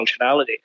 functionality